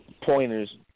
Pointers